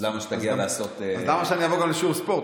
אז למה שאני אגיע גם לשיעור ספורט?